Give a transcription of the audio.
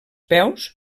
peus